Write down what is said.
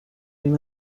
این